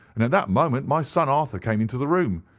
and at that moment my son arthur came into the room.